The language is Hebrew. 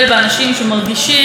וסיימנו.